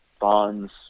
bonds